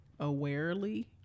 awarely